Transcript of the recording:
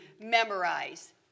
memorize